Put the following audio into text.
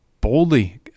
boldly